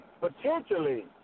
Potentially